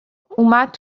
اومد